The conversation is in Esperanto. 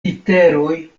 literoj